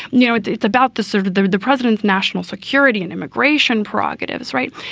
now, it's it's about the sort of the the president's national security and immigration prerogatives. right.